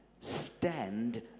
stand